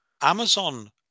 Amazon